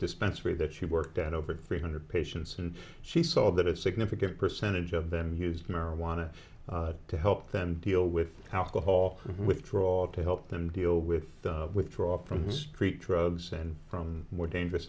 dispensary that she worked at over three hundred patients and she saw that a significant percentage of them used marijuana to help them deal with alcohol withdrawal to help them deal with the withdraw from street drugs and from more dangerous